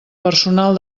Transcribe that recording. personal